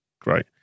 great